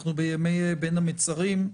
אנחנו בימי בין המצרים.